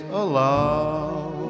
allow